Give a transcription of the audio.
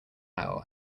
aisle